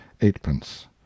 eightpence